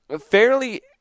fairly